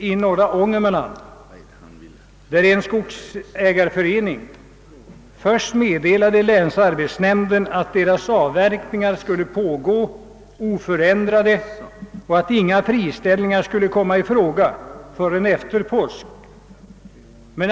I norra Ångermanland meddelade en skogsägareförening länsarbetsnämnden att dess avverkningar skulle pågå i oförändrad utsträckning och att inga friställningar skulle komma i fråga förrän efter påsk.